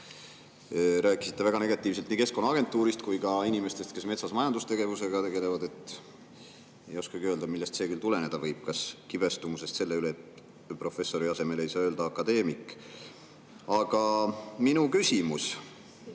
rääkisite väga negatiivselt nii Keskkonnaagentuurist kui ka inimestest, kes metsas majandustegevusega tegelevad. Ei oskagi öelda, millest see tuleneda võib. Kas kibestumusest selle pärast, et "professori" asemel ei saa öelda "akadeemik"?Aga minu küsimus.